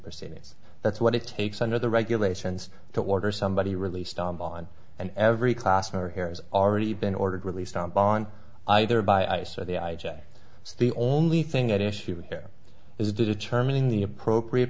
proceedings that's what it takes under the regulations to order somebody released on bond and every class never hears already been ordered released on bond either by ice or the i j a so the only thing at issue here is determining the appropriate